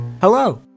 Hello